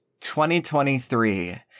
2023